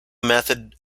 method